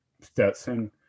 Stetson